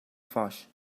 foix